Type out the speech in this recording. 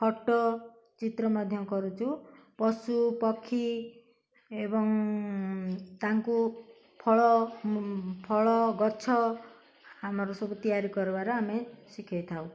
photo ଚିତ୍ର ମଧ୍ୟ କରୁଛୁ ପଶୁ ପକ୍ଷୀ ଏବଂ ତାଙ୍କୁ ଫଳ ଫଳ ଗଛ ଆମର ସବୁ ତିଆରି କରବାର ଆମେ ଶିଖେଇଥାଉ